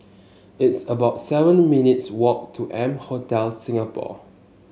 it's about seven minutes' walk to M Hotel Singapore